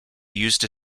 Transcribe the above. used